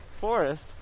forest